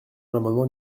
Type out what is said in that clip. l’amendement